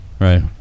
Right